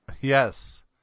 Yes